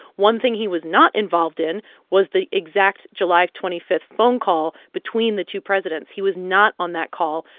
one thing he was not involved in was the exact july twenty five phone call between the two presidents. he was not on that call,